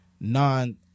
non